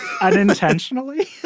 Unintentionally